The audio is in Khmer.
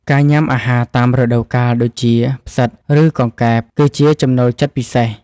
ការញ៉ាំអាហារតាមរដូវកាល ដូចជា ផ្សិត ឬកង្កែប គឺជាចំណូលចិត្តពិសេស។